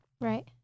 Right